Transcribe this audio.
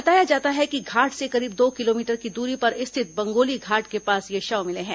बताया जाता है कि घाट से करीब दो किलोमीटर की दूरी पर स्थित बंगोली घाट के पास ये शव मिले हैं